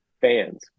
fans